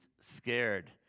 scared